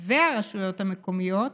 והרשויות המקומיות,